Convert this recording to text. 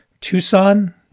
tucson